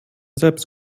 selbst